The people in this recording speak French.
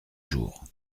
jours